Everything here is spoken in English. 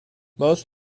most